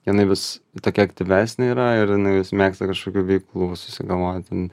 jinai vis tokia aktyvesnė yra ir jinai vis mėgsta kažkokių veiklų susigalvoti